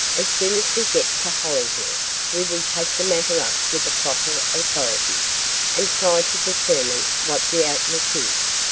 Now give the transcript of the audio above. as soon as we get to hollyhill we will take the matter up with the proper authorities and try to determine what the outlook is.